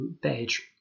page